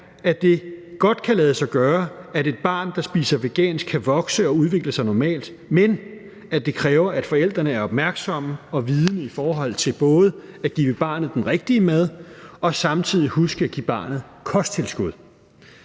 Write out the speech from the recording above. at det godt kan lade sig gøre, at et barn, der spiser vegansk, kan vokse og udvikle sig normalt, men at det kræver, at forældrene er opmærksomme på og vidende om både at give barnet den rigtige mad og samtidig huske at give barnet kosttilskud.